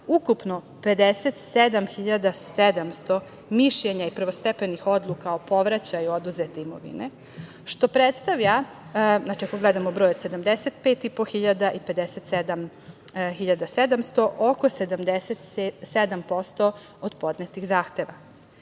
ukupno 57.700 mišljenja i prvostepenih odluka o povraćaju oduzete imovine, što predstavlja, znači ako gledamo broj 75.500 i 57.700, oko 77% od podnetih zahteva. Kada